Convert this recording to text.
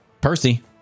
Percy